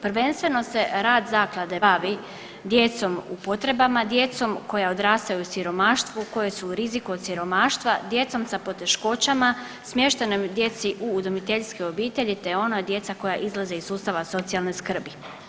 Prvenstveno se rad zaklade bavi djecom u potrebama, djecom koja odrastaju u siromaštvu, koja su u riziku od siromaštva, djecom sa poteškoćama, smještenoj djeci u udomiteljske obitelji te onda djeca koja izlaze iz sustava socijalne skrbi.